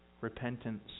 Repentance